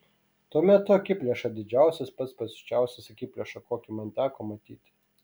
tuomet tu akiplėša didžiausias pats pasiučiausias akiplėša kokį man teko matyti